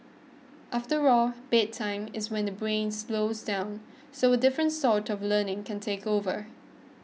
after all bedtime is when the brain slows down so a different sort of learning can take over